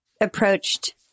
approached